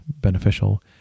beneficial